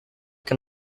can